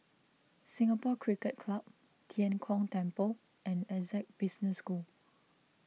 Singapore Cricket Club Tian Kong Temple and Essec Business School